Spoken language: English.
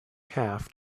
calf